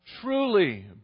truly